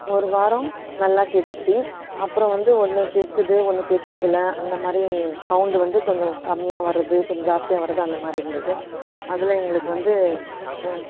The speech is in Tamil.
ஒரு வாரம் நல்லா கேட்டுச்சு அப்புறம் வந்து ஒன்று கேட்குது ஒன்று கேட்கறதில்ல அந்த மாதிரி சவுண்டு வந்து கொஞ்சம் கம்மியாக வர்றது கொஞ்சம் ஜாஸ்தியாக வரது அந்த மாதிரி இருந்தது அதில் எங்களுக்கு வந்து